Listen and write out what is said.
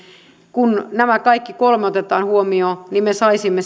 kun nämä kaikki kolme otetaan huomioon me saisimme